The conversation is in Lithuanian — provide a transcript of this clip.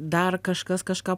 dar kažkas kažką